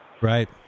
Right